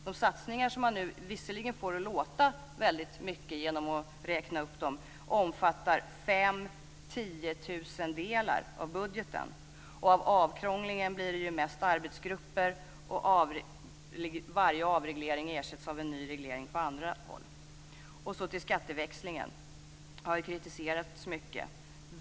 De satsningar som regeringen nu talar om får man visserligen att låta väldigt stora genom att räkna upp dem, men de omfattar fem tiotusendelar av budgeten. Av avkrånglingen blir det mest arbetsgrupper, och varje avreglering ersätts av en ny reglering på andra håll. Skatteväxlingen har kritiserats mycket.